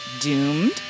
doomed